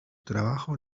trabajo